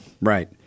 Right